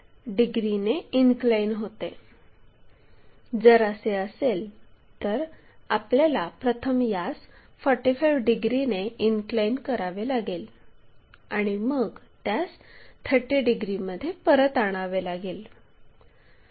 जर असे असेल तर आपल्याला प्रथम यास 45 डिग्रीने इनक्लाइन करावे लागेल आणि मग त्यास 30 डिग्रीमध्ये परत आणावे लागेल